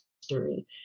history